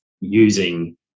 using